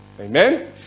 Amen